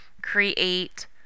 create